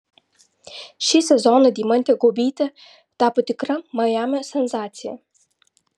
šį sezoną deimantė guobytė tapo tikra majamio sensacija